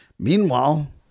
Meanwhile